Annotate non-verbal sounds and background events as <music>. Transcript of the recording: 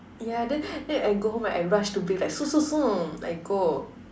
yeah then then I go home right I rush to bed like <noise> I go